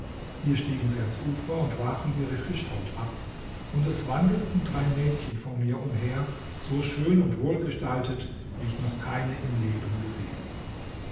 hier stiegen sie ans ufer und warfen ihre fischhaut ab und es wandelten drei mädchen vor mir umher so schön und wohlgestaltet wie ich noch keine im leben gesehen